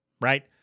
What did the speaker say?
right